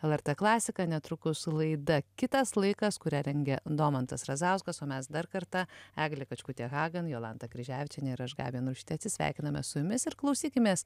lrt klasika netrukus laida kitas laikas kurią rengia domantas razauskas o mes dar kartą eglė kačkutė hagan jolanta kryževičienė ir aš gabija narušytė atsisveikiname su jumis ir klausykimės